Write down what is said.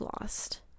lost